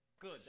Good